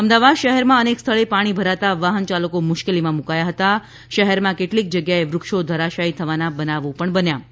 અમદાવાદ શહેરમાં અનેક સ્થળે પાણી ભરાતા વાહન ચાલકો મુશ્કેલીમાં મુકાયા હતા અને શહેરમાં કેટલીક જગ્યાએ વૃક્ષો ધરાશાયી થવાના બનાવો પણ બન્યા છે